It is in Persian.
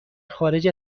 خارج